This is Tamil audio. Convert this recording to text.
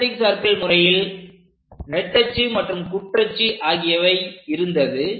கான்செண்ட்ரிக் சர்க்கிள் முறையில் நெட்டச்சு மற்றும் குற்றச்சு ஆகியவை இருந்தது